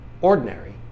ordinary